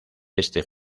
este